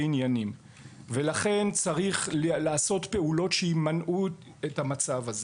עניינים ולכן צריך לעשות פעולות שימנעו את המצב הזה.